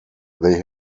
they